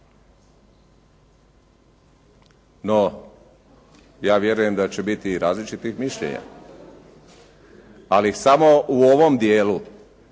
No, ja vjerujem da će biti i različitih mišljenja. Ali samo u ovom djelu,